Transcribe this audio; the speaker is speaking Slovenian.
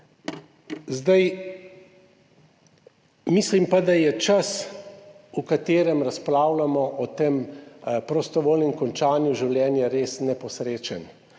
Zdaj, mislim pa, da je čas, v katerem razpravljamo o tem prostovoljnem končanju življenja res neposrečen.